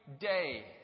day